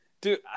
dude